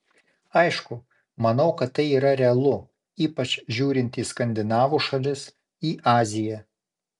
aišku manau kad tai yra realu ypač žiūrint į skandinavų šalis į aziją